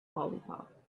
lollipop